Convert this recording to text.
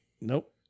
nope